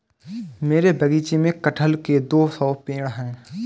मेरे बगीचे में कठहल के दो सौ पेड़ है